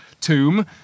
tomb